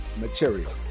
material